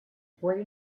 puede